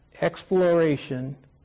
exploration